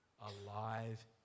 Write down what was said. alive